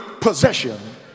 possession